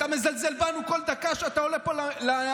אתה מזלזל בנו בכל דקה שאתה עולה פה לנאום.